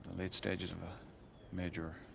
late stages of a major.